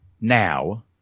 now